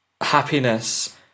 happiness